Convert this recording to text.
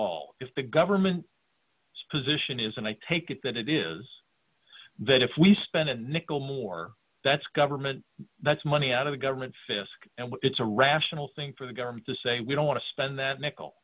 all if the government spends ition is and i take it that it is that if we spend a nickel more that's government that's money out of the government fiske and it's a rational thing for the government to say we don't want to spend that nickel